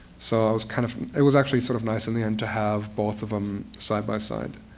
so it was kind of it was actually sort of nice in the end to have both of them side by side.